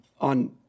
on